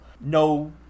no